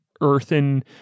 earthen